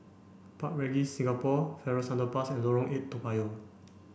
Park Regis Singapore Farrer Underpass and Lorong eight Toa Payoh